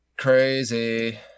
Crazy